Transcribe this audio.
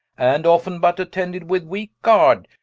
and often but attended with weake guard,